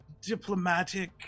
diplomatic